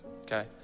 Okay